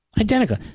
Identical